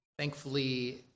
Thankfully